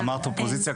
אמרת "אופוזיציה,